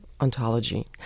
Ontology